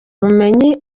ubumenyi